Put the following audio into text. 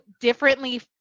differently